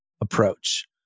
approach